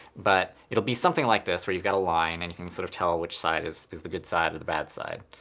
but it'll be something like this, where you've got a line. and you can sort of tell which side is is the good side or the bad side.